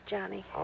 Johnny